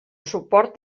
suport